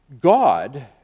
God